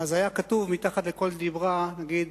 היה כתוב מתחת לכל דיבר, נגיד: